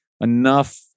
enough